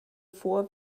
vor